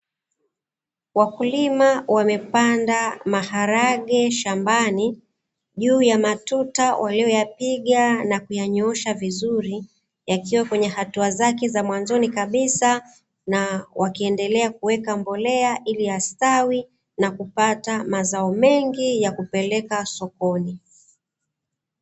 Wakulima wamepanda maharage shambani juu ya matuta waliyoyapiga na kuyanyoosha vizuri yakiwa kwenye hatua zake za mwanzoni kabisa na wakiendelea kuweka mbolea ili yastawi na kupata mazao mengi ya kupeleka sokoni.